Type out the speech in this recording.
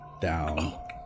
down